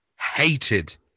hated